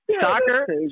soccer